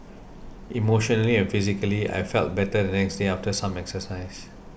emotionally and physically I felt better the next day after some exercise